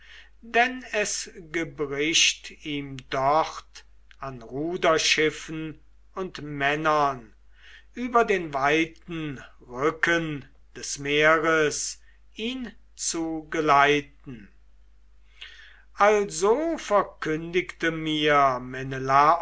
denn es gebricht ihm dort an ruderschiffen und männern über den weiten rücken des meeres ihn zu geleiten also verkündigte